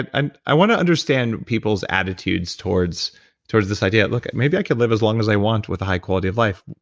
but and i want to understand people's attitudes towards towards this idea? look, maybe i could live as long as i want with a high quality of life.